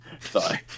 sorry